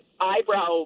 eyebrow